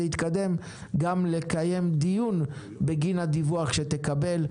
יתקדם גם לקיים דיון בגין הדיווח שתקבל.